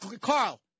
Carl